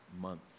Month